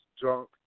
drunk